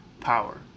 power